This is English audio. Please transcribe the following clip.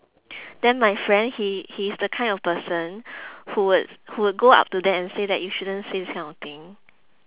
then my friend he he is the kind of person who would who would go up to them and say that you shouldn't say this kind of thing